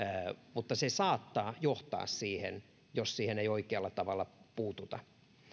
mutta se saattaa johtaa siihen jos siihen ei oikealla tavalla puututa